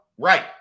right